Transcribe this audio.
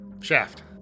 Shaft